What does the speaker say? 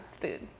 food